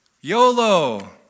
YOLO